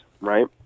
right